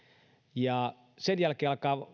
joka sen jälkeen